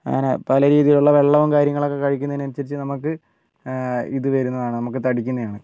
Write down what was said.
അങ്ങനെ പല രീതിയിലുള്ള വെള്ളവും കാര്യങ്ങളൊക്കെ കഴിക്കുന്നതിന് അനുസരിച്ച് നമുക്ക് ഇത് വരുന്നതാണ് നമുക്ക് തടിക്കുന്നതാണ്